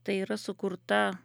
tai yra sukurta